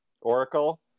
Oracle